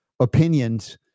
opinions